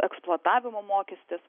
eksploatavimo mokestis